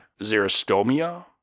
xerostomia